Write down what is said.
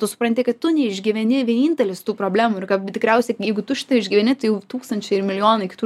tu supranti kad tu neišgyveni vienintelis tų problemų ir kad tikriausiai jeigu tu šitą išgyveni tai jau tūkstančiai ir milijonai kitų